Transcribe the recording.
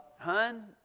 Hun